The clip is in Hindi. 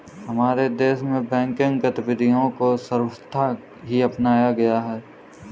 हमारे देश में बैंकिंग गतिविधियां को सर्वथा ही अपनाया गया है